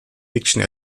fiction